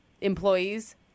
employees